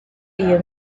iyo